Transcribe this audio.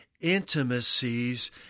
intimacies